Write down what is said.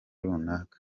runaka